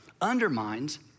undermines